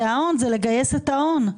זה לגייס את ההון.